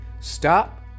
stop